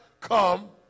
come